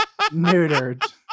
neutered